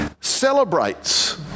celebrates